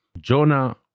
Jonah